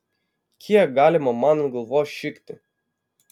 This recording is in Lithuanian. kiek galima man ant galvos šikti